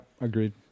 agreed